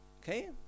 Okay